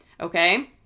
Okay